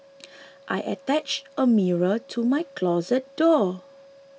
I attached a mirror to my closet door